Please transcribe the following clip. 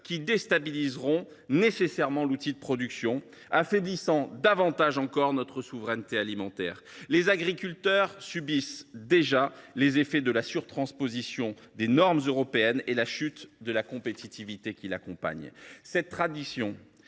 qui déstabiliseront nécessairement l’outil de production, affaiblissant davantage encore notre souveraineté alimentaire ? Les agriculteurs subissent déjà les effets de la surtransposition des normes européennes et la chute de compétitivité qui l’accompagne. Cette tradition,